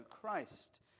Christ